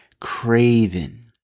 craving